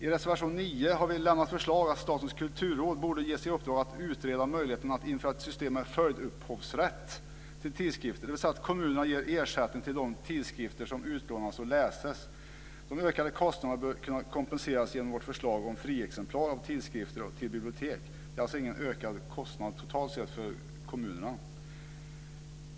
I reservation 9 har vi lämnat förslaget att Statens kulturråd borde ges i uppdrag att utreda möjligheten att införa ett system med "följdupphovsrätt" till tidskrifter, dvs. att kommunerna ger ersättning till de tidskrifter som utlånas och läses. De ökade kostnaderna bör kunna kompenseras genom vårt förslag om friexemplar av tidskrifter till bibliotek. Det är alltså ingen ökad kostnad totalt sett för kommunerna.